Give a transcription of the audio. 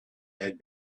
had